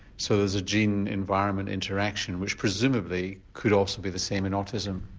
so there's a gene environment interaction which presumably could also be the same in autism.